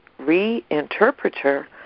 reinterpreter